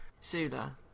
Sula